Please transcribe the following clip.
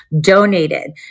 donated